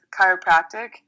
chiropractic